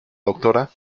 dra